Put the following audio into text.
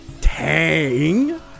tang